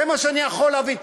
זה מה שאני יכול להבין.